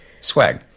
Swag